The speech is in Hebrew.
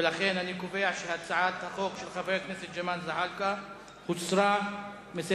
ולכן אני קובע שהצעת החוק של חבר הכנסת ג'מאל זחאלקה הוסרה מסדר-היום.